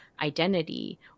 identity